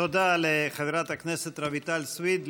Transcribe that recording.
תודה לחברת הכנסת רויטל סויד.